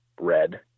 red